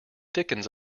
dickens